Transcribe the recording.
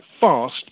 fast